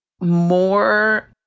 more